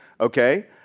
okay